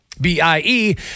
BIE